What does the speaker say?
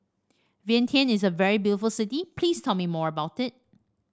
Vientiane is a very beautiful city please tell me more about it